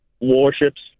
warships